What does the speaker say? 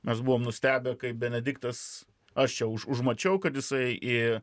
mes buvom nustebę kai benediktas aš čia už užmačiau kad jisai į